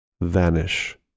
vanish